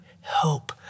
help